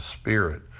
Spirit